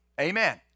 Amen